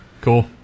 cool